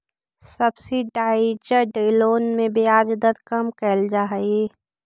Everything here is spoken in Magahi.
सब्सिडाइज्ड लोन में ब्याज दर कम कैल जा हइ